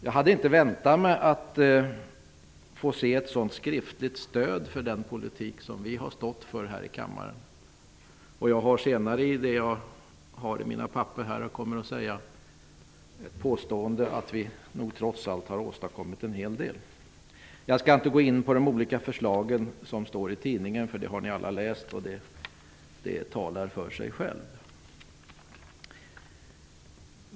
Jag hade inte väntat mig att få se ett sådant skriftligt stöd för den politik som vi har stått för här i kammaren. Jag har i mitt manuskript ett påstående om att vi trots allt har åstadkommit en hel del. Jag skall inte gå in på de olika förslag som redovisas i artikeln. Ni har alla läst den, och den talar för sig själv.